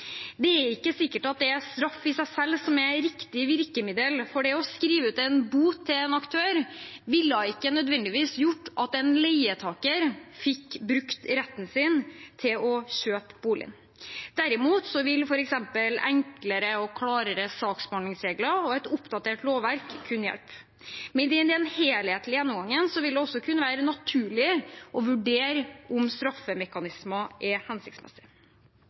Det er ikke sikkert at det er straff i seg selv som er riktig virkemiddel, for det å skrive ut en bot til en aktør ville ikke nødvendigvis gjort at en leietaker fikk brukt retten sin til å kjøpe boligen. Derimot ville f.eks. enklere og klarere saksbehandlingsregler og et oppdatert lovverk kunne hjelpe. Men i den helhetlige gjennomgangen vil det også kunne være naturlig å vurdere om straffemekanismer er hensiktsmessig.